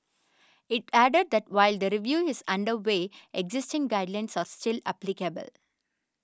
it added that while the review is under way existing guidelines are still applicable